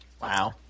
Wow